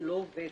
זה לא עובד.